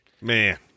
Man